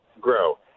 grow